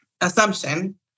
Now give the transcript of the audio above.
assumption